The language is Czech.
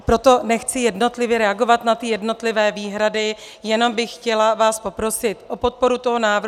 Proto nechci jednotlivě reagovat na jednotlivé výhrady, jenom bych vás chtěla poprosit o podporu toho návrhu.